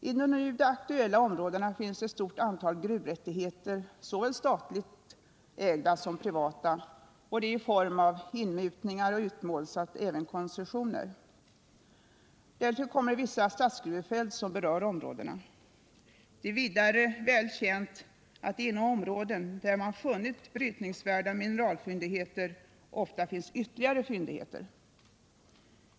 Inom de nu aktuella områdena finns ett stort antal gruvrättigheter, såväl statligt ägda som privata, i form av inmutningar och utmål samt även koncessioner. Därtill kommer vissa statsgruvefält som berör områdena. Det är vidare välkänt att det inom områden, där man funnit brytningsvärda mineralfyndigheter, ofta finns ytterligare fyndigheter.